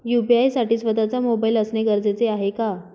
UPI साठी स्वत:चा mobile असणे गरजेचे आहे का?